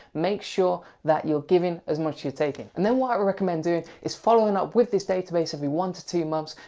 make sure that you're giving as much as you're taking. and then what i recommend doing is following up with this database every one to two months,